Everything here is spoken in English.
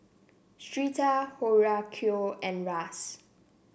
Syreeta Horacio and Russ